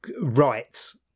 rights